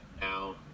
Now